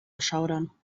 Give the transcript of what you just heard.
erschaudern